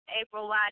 April